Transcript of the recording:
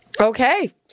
Okay